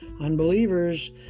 Unbelievers